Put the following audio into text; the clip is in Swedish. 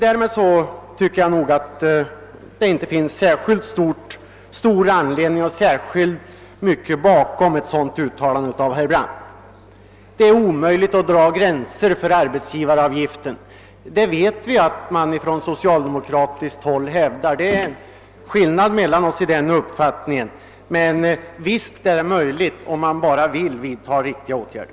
Jag anser fördenskull att det inte finns särskilt mycket av saklig grund för herr Brandts uttalande. Vi vet att man från socialdemokratiskt håll hävdar att det är omöjligt att dra gränser för arbetsgivaravgiften. Därvidlag föreligger en skillnad i uppfattning. Visst är det möjligt att dra sådana gränser, om man bara vill vidta riktiga åtgärder.